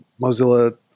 Mozilla